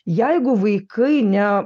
jeigu vaikai ne